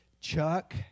Chuck